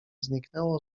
zniknęło